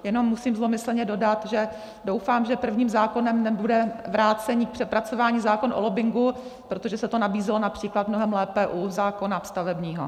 Jenom musím zlomyslně dodat, že doufám, že prvním zákonem nebude vrácení k přepracování zákona o lobbingu, protože se to nabízelo například mnohem lépe u zákona stavebního.